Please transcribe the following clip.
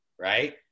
Right